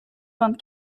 vingt